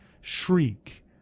shriek